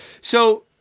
So-